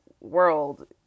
world